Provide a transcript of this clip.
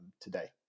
today